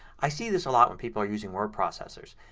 i see this a lot when people are using word processors.